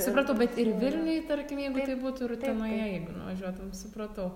supratau bet ir vilniuj tarkim jeigu taip būtų ir utenoje jeigu nuvažiuotum supratau